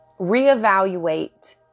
reevaluate